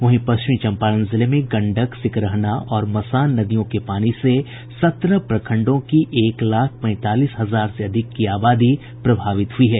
वहीं पश्चिमी चंपारण जिले में गंडक सिकरहना और मसान नदियों के पानी से सत्रह प्रखंडों की एक लाख पैंतालीस हजार से अधिक की आबादी प्रभावित हुई है